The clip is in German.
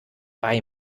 bei